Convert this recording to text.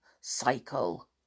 cycle